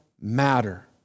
matter